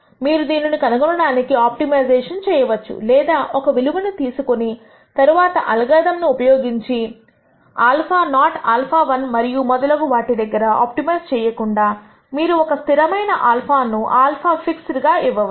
మీరు దీనిని కనుగొనడానికి ఆప్టిమైజేషన్ చేయవచ్చు లేదా ఒక విలువను తీసుకుని తరువాత అల్గోరిథం ను ఉపయోగించి α0 α1 మరియు మొదలగు వాటి దగ్గర ఆప్టిమైజ్ చేయకుండా మీకు ఒక స్థిరమైన α ను α fixed గా ఇవ్వవచ్చు